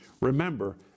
Remember